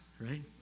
right